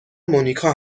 مونیکا